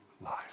life